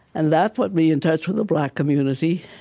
and that put me in touch with the black community,